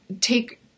take